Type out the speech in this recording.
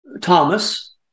Thomas